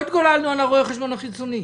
לא התגוללנו על רואה החשבון החיצוני.